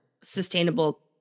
sustainable